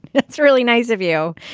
that's really nice of you.